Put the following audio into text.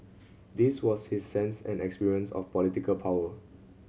this was his sense and experience of political power